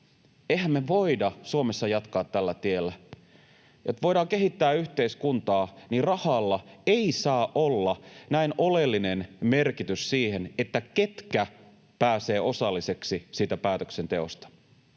Eihän me voida Suomessa jatkaa tällä tiellä. Siinä, että voidaan kehittää yhteiskuntaa, rahalla ei saa olla näin oleellinen merkitys siihen, ketkä pääsevät osalliseksi siitä päätöksenteosta.